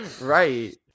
right